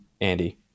Andy